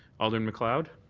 alderman macleod?